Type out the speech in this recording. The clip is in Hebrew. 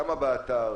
כמה יש באתר,